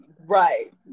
right